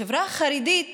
החברה החרדית